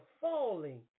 falling